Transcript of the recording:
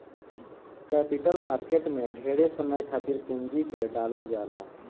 capital market में ढेरे समय खातिर पूंजी के डालल जाला